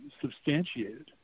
substantiated